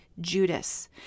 Judas